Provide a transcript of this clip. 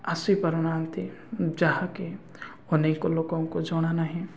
ଆସି ପାରୁନାହାନ୍ତି ଯାହାକି ଅନେକ ଲୋକଙ୍କୁ ଜଣା ନାହିଁ